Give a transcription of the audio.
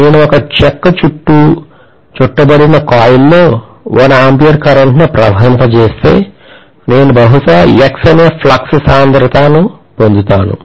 నేను ఒక చెక్క ముక్క చుట్టూ చుట్టబడిన కాయిల్లో 1 A కరెంట్ను ప్రవహింపజేస్తే నేను బహుశా X ను ఫ్లక్స్ సాంద్రత లేదా ఫ్లక్స్ ను పొందుతాను